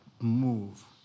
move